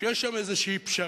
שיש שם איזו פשרה,